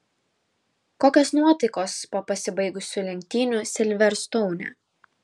kokios nuotaikos po pasibaigusių lenktynių silverstoune